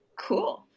Cool